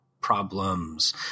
problems